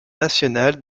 nationale